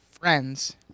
Friends